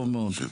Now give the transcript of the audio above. טוב מאוד.